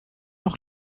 noch